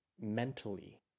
mentally